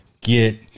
get